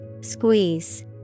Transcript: Squeeze